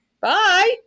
Bye